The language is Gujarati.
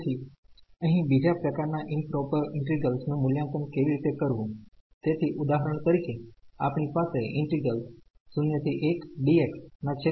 તેથી અહીં બીજા પ્રકારનાં ઈમપ્રોપર ઈન્ટિગ્રેલ્સ નું મૂલ્યાંકન કેવી રીતે કરવું તેથી ઉદાહરણ તરીકે આપણી પાસે છે